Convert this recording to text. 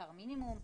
שכר מינימום.